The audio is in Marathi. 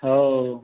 हो